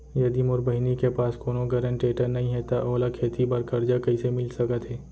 यदि मोर बहिनी के पास कोनो गरेंटेटर नई हे त ओला खेती बर कर्जा कईसे मिल सकत हे?